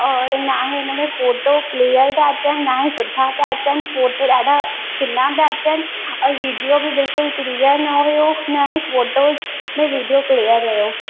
और न ई उन में फोटो क्लीअर पिया अचनि न ई सुठा पिया अचनि फोटूं ॾाढा किना पिया अचनि और वीडियो बि बिल्कुलु क्लीअर न हुयो न ई फोटोस में वीडियो क्लीअर हुयो